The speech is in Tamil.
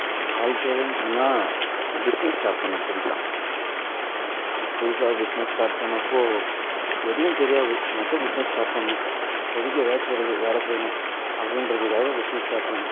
வாழ்க்கையிலன்னு சொன்னால் பிசினஸ் ஸ்டார்ட் பண்ணேன் புதுசா புதுசாக பிசினஸ் ஸ்டார்ட் பண்ணப்போ எதுவும் தெரியாது மொத்தம் பிசினஸ் ஸ்டார்ட் பண்ணணும் அப்போதிக்கு ஏதாச்சு ஒரு இது வேலை செய்யணும் அப்படின்றதுக்காக பிசினஸ் ஸ்டார்ட் பண்ணேன்